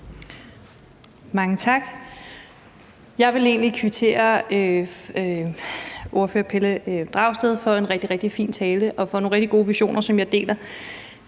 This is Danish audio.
Mange tak. Jeg vil egentlig kvittere ordfører Pelle Dragsted for en rigtig, rigtig fin tale og for nogle rigtig gode visioner, som jeg deler.